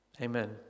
Amen